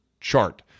chart